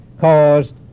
caused